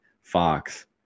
Fox